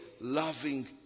loving